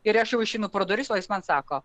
ir aš jau išeinu pro duris o jis man sako